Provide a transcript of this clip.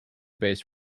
based